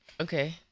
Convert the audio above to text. Okay